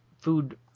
food